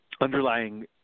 underlying